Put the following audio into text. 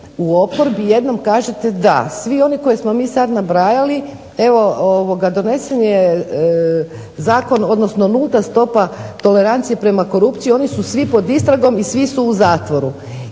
u oporbi jednom kažete da svi oni koje smo mi sad nabrajali evo donesen je zakon, odnosno nulta stopa tolerancije prema korupciji, oni su svi pod istragom i svi su u zatvoru,